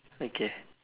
okay